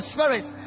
Spirit